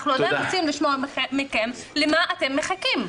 אנחנו עדיין רוצים לשמוע מכם למה אתם מחכים.